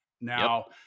Now